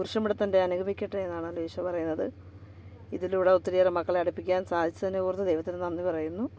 കുരിശുംങ്കൂടെത്തന്റെ അനുഗ്രഹിക്കട്ടെ എന്നാണ് ഈശോ പറയുന്നത് ഇതിലൂടെ ഒത്തിരിയേറെ മക്കളെ അടുപ്പിക്കാൻ സാധിച്ചതിനെ ഓർത്ത് ദൈവത്തിന് നന്ദി പറയുന്നു